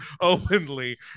openly